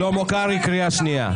שלמה קרעי, קריאה שנייה.